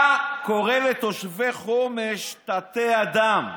אתה קורא לתושבי חומש תתי-אדם,